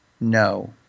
no